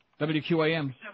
WQAM